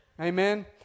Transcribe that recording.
Amen